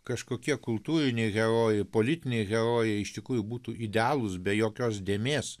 kažkokie kultūriniai herojai politiniai herojai iš tikrųjų būtų idealūs be jokios dėmės